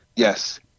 Yes